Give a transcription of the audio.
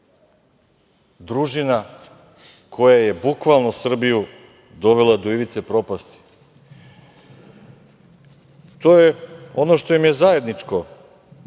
družina koja je bukvalno Srbiju dovela do ivice propasti. To je ono što im je zajedničko.